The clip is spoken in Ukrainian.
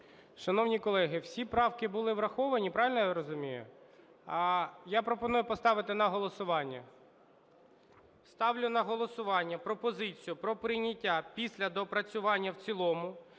Шановні колеги, всі правки були враховані, правильно я розумію? Я пропоную поставити на голосування. Ставлю на голосування пропозицію про прийняття після доопрацювання в цілому